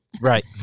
Right